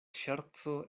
ŝerco